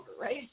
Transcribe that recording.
right